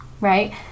right